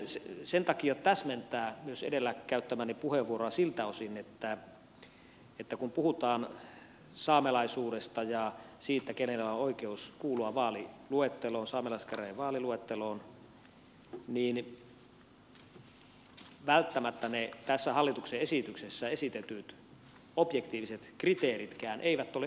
haluan sen takia täsmentää myös edellä käyttämääni puheenvuoroa siltä osin että kun puhutaan saamelaisuudesta ja siitä kenellä on oikeus kuulua saamelaiskäräjien vaaliluetteloon niin välttämättä ne tässä hallituksen esityksessä esitetyt objektiiviset kriteeritkään eivät ole ihan kohdallaan